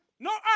No